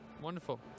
wonderful